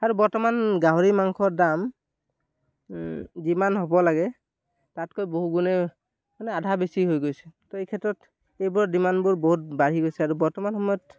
আৰু বৰ্তমান গাহৰি মাংসৰ দাম যিমান হ'ব লাগে তাতকৈ বহু গুণেই মানে আধা বেছি হৈ গৈছে তো এই ক্ষেত্ৰত এইবোৰৰ ডিমাণ্ডবোৰ বহুত বাঢ়ি গৈছে আৰু বৰ্তমান সময়ত